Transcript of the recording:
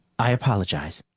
i apologize.